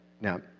now